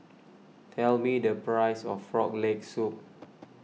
tell me the price of Frog Leg Soup